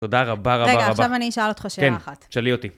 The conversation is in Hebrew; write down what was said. תודה רבה, רבה, רבה. רגע, עכשיו אני אשאל אותך שאלה אחת. כן, תשאלי אותי.